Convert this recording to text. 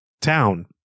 town